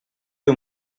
fer